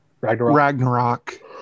Ragnarok